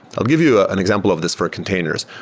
i'll give you ah an example of this for containers.